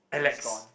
he's gone